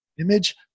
image